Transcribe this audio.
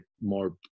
more